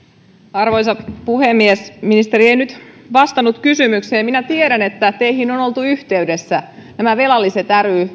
arvoisa puhemies ministeri ei nyt vastannut kysymykseen minä tiedän että teihin on oltu yhteydessä tämä velallisten